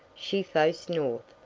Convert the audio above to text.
she faced north.